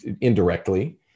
indirectly